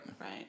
Right